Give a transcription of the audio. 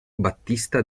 battista